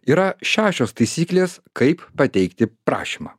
yra šešios taisyklės kaip pateikti prašymą